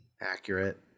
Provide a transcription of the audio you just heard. Accurate